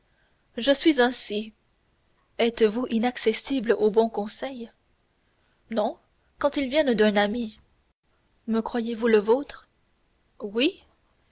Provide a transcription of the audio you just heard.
je suis ainsi êtes-vous inaccessible aux bons conseils non quand ils viennent d'un ami me croyez-vous le vôtre oui